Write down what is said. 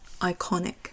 iconic